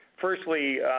Firstly